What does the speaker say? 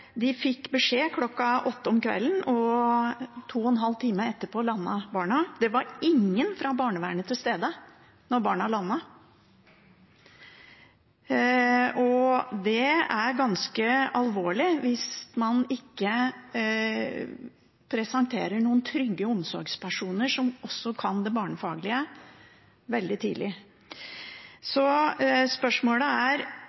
De fikk beskjed kl. 20 om kvelden, og to og en halv time etterpå landet barna. Det var ingen fra barnevernet til stede da barna landet. Det er ganske alvorlig hvis man ikke veldig tidlig presenterer noen trygge omsorgspersoner som også kan det barnefaglige. Spørsmålet er: